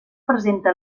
presenta